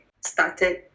started